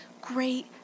great